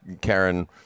Karen